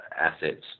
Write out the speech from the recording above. assets